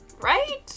Right